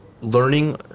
learning